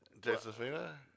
Josephina